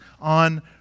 on